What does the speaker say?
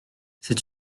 c’est